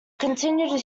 continued